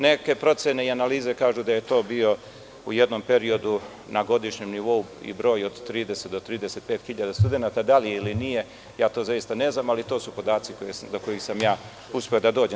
Neke procene i analize kažu da je to bio u jednom periodu na godišnjem nivou broj od 30 do 35 hiljada studenata, da li je ili nije ja to zaista ne znam, ali to su podaci do kojih sam uspeo da dođem.